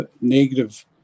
negative